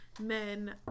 men